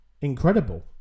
incredible